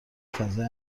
فضای